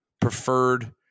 preferred